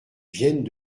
viennent